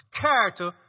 character